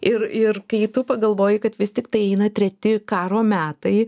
ir ir kai tu pagalvoji kad vis tiktai eina treti karo metai